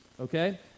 okay